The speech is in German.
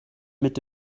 mit